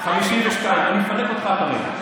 סעיף 52, אני מפנק אותך כרגע.